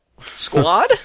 Squad